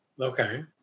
Okay